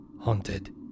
haunted